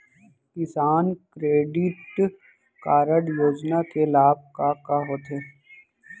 किसान credit card योजना के लाभ का का होथे?